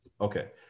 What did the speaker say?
Okay